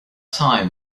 time